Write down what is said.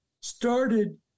started